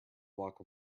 block